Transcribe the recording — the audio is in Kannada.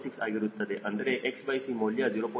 6 ಆಗಿರುತ್ತದೆ ಅಂದರೆ xc ಮೌಲ್ಯ 0